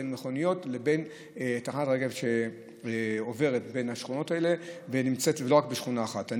מכוניות ותחנת רכבת שעוברת בין השכונות האלה ונמצאת לא רק בשכונה אחת.